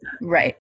Right